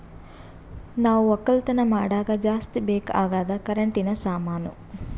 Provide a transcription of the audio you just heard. ನಾವ್ ಒಕ್ಕಲತನ್ ಮಾಡಾಗ ಜಾಸ್ತಿ ಬೇಕ್ ಅಗಾದ್ ಕರೆಂಟಿನ ಸಾಮಾನು